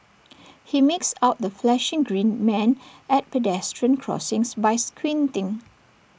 he makes out the flashing green man at pedestrian crossings by squinting